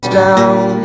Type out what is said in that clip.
down